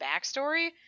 backstory